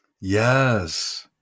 Yes